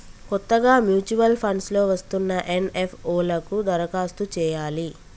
కొత్తగా mutual funds లో వస్తున్న ఎన్.ఎఫ్.ఓ లకు దరఖాస్తు చేయాలి